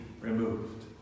removed